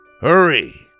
Hurry